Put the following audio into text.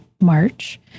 March